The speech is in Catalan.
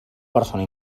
persona